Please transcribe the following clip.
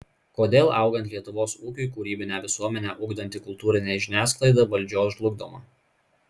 kodėl augant lietuvos ūkiui kūrybinę visuomenę ugdanti kultūrinė žiniasklaida valdžios žlugdoma